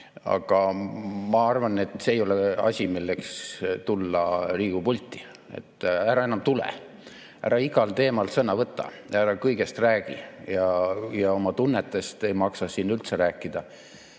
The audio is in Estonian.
aga ma arvan, et see ei ole asi, milleks tulla Riigikogu pulti. Ära enam tule, ära igal teemal sõna võta, ära kõigest räägi ja oma tunnetest ei maksa üldse rääkida.